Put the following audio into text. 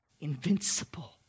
invincible